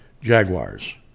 Jaguars